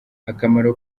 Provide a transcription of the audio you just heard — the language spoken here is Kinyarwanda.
akamaro